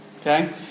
okay